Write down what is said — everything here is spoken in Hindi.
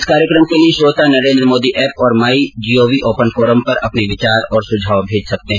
इस कार्यक्रम के लिए श्रोता नरेन्द्र मोदी एप और my G O V open forum पर अपने विचार और सुझाव भेज सकते हैं